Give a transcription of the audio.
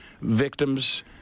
victims